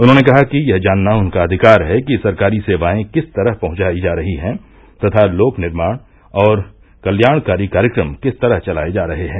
उन्होंने कहा कि यह जानना उनका अधिकार है कि सरकारी सेवायें किस तरह पहुंचाई जा रही हैं तथा लोक निर्माण और कल्याणकारी कार्यक्रम किस तरह चलाये जा रहे हैं